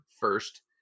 first